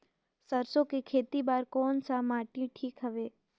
सरसो के खेती बार कोन सा माटी ठीक हवे?